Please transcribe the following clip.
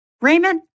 Raymond